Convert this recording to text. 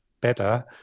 better